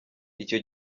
icyo